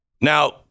Now